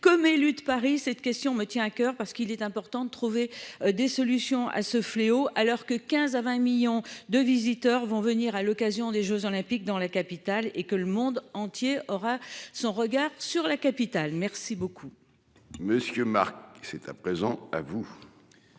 comme élu de Paris. Cette question me tient à coeur parce qu'il est important de trouver des solutions à ce fléau, alors que 15 à 20 millions de visiteurs vont venir à l'occasion des Jeux olympiques dans la capitale et que le monde entier aura son regard sur la capitale. Merci beaucoup. Monsieur Marc qui s'est à présent à vous.